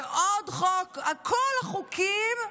ועוד חוק, כל החוקים,